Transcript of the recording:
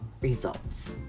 results